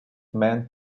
meant